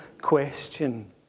question